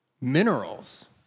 Minerals